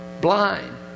blind